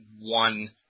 one